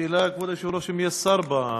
שאלה, כבוד היושב-ראש: האם יש שר במליאה?